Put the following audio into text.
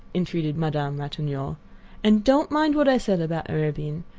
entreated madame ratignolle and don't mind what i said about arobin,